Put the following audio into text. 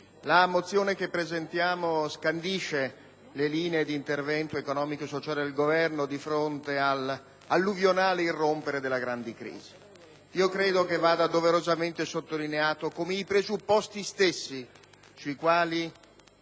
la mozione che presentiamo scandisce le linee d'intervento economico-sociale del Governo di fronte all'alluvionale irrompere della grande crisi. Credo vada doverosamente sottolineato come i presupposti stessi su cui